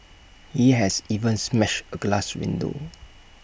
he has even smashed A glass window